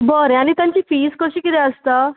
बरें आनी तांची फीज कशी कितें आसता